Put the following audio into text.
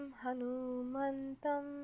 Hanumantam